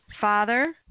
father